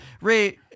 Ray